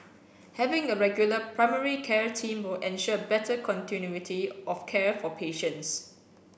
having a regular primary care team will ensure better continuity of care for patients